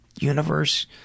universe